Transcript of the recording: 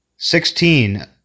Sixteen